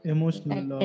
Emotional